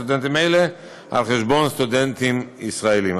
הסטודנטים האלה על חשבון סטודנטים ישראלים.